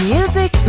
Music